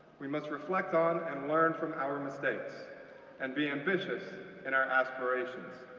we must reflect on and learn from our mistakes and be ambitious in our aspirations.